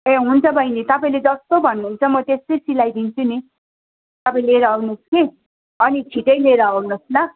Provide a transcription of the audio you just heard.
ए हुन्छ बहिनी बहिनी तपाईँले जस्तो भन्नु हुन्छ म त्यस्तै सिलाई दिन्छु नि तपाईँ लिएर आउनु होस् कि अलिक छिटै लिएर आउनु होस् ल